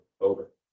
over